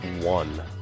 one